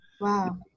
Wow